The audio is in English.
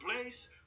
place